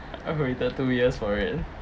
I've waited two years for it